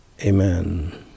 amen